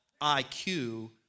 IQ